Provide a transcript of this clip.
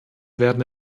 werden